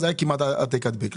אלא כמעט העתק-הדבק.